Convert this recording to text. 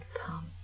pump